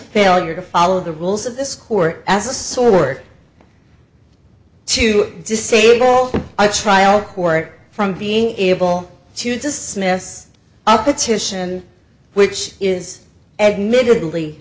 failure to follow the rules of this court as a sort to disable i trial court from being able to dismiss a petition which is admittedly